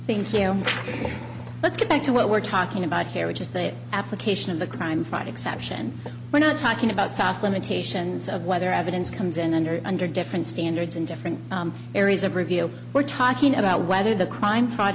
you let's get back to what we're talking about here which is the application of the crime fraud exception we're not talking about soft limitations of whether evidence comes in and under different standards and different areas of review we're talking about whether the crime fr